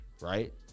right